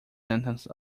sentence